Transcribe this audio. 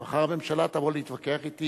שמחר הממשלה תבוא להתווכח אתי,